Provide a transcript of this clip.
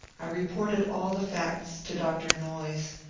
i reported all the facts to dr. noyes,